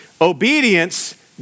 obedience